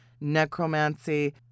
necromancy